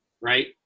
Right